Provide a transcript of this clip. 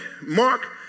Mark